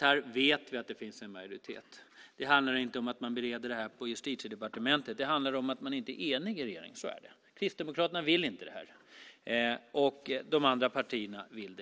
Här vet vi att det finns en majoritet. Det handlar inte om att man bereder det här på Justitiedepartementet utan det handlar om att man inte är enig i regeringen. Kristdemokraterna vill inte detta, och de andra partierna vill.